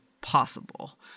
possible